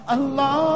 Allah